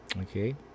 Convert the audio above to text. okay